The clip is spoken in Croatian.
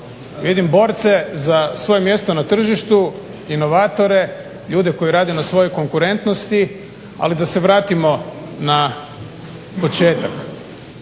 Vidim borce za svoje mjesto na tržištu, inovatore, ljude koji rade na svojoj konkurentnosti, ali da se vratimo na početak.